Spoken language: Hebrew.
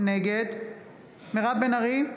נגד מירב בן ארי,